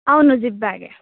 అవును జిప్ బ్యాగే